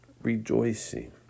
rejoicing